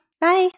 Bye